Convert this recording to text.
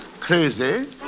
Crazy